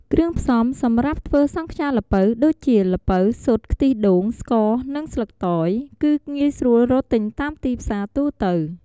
គ្រឿងផ្សំសម្រាប់ធ្វើសង់ខ្យាល្ពៅ ដូចជា ល្ពៅ ស៊ុត ខ្ទិះដូង ស្ករ និងស្លឹកតើយ គឺងាយស្រួលរកទិញតាមទីផ្សារទូទៅ។